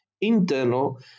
internal